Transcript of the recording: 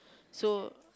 so